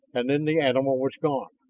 and then the animal was gone.